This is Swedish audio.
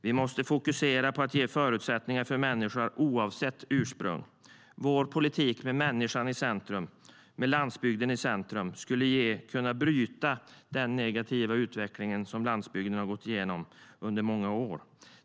Vi måste fokusera på att ge förutsättningar för människor oavsett ursprung. Vår politik med människan och landsbygden i centrum skulle kunna bryta den negativa utveckling som landsbygden har gått igenom under många år.